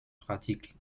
pratiques